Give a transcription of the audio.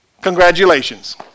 Congratulations